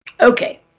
Okay